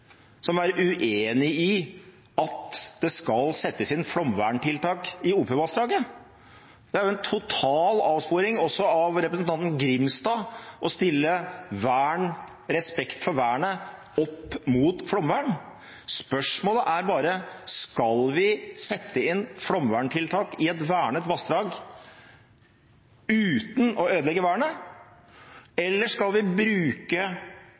som er uenig i at det skal settes inn flomverntiltak i Opovassdraget. Det er en total avsporing også av representanten Grimstad å stille respekt for vernet opp mot flomvern. Spørsmålet er bare: Skal vi sette inn flomverntiltak i et vernet vassdrag uten å ødelegge vernet, eller skal vi bruke